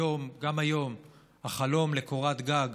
גם היום החלום לקורת גג,